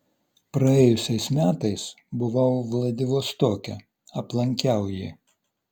praėjusiais metais buvau vladivostoke aplankiau jį